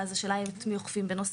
ואז השאלה היא את מי אוכפים בנוסף,